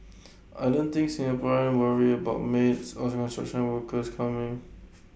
I don't think Singaporean worry about maids or construction workers coming